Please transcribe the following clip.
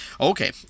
Okay